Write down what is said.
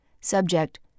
Subject